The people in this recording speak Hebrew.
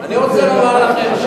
במרכז הארץ אני רוצה לומר לכם,